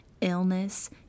illness